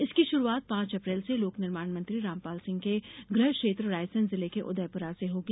इसकी शुरूआत पांच अप्रैल से लोक निर्माण मंत्री रामपाल सिंह के गृह क्षेत्र रायसेन जिले के उदयपुरा से होगी